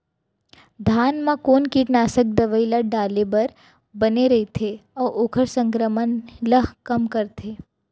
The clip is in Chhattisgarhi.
धान म कोन कीटनाशक दवई ल डाले बर बने रइथे, अऊ ओखर संक्रमण ल कम करथें?